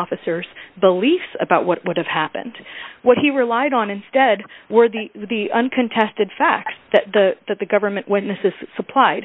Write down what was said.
officers beliefs about what would have happened what he relied on instead the uncontested fact that the that the government witnesses supplied